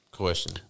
question